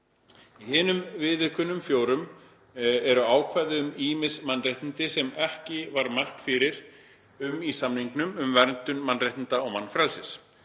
Í hinum viðaukunum fjórum eru ákvæði um ýmis mannréttindi sem ekki var mælt fyrir um í samningnum um verndun mannréttinda og mannfrelsis.